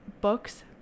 books